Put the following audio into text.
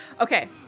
Okay